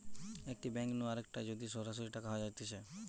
একটি ব্যাঙ্ক নু আরেকটায় যদি সরাসরি টাকা যাইতেছে